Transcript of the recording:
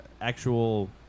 actual